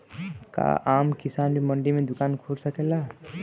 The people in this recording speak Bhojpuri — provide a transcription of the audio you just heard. का आम किसान भी मंडी में दुकान खोल सकेला?